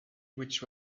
which